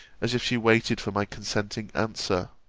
as if she waited for my consenting answer.